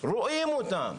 רואים אותה.